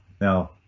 Now